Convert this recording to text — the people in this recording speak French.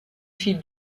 fil